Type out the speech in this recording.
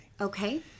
okay